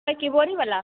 की बोरी बला